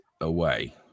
away